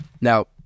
Now